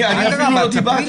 אני עד עכשיו לא דיברתי,